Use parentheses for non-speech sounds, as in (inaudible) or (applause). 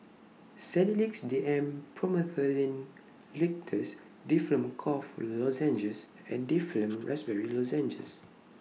Sedilix D M Promethazine (noise) Linctus Difflam Cough Lozenges and Difflam Raspberry Lozenges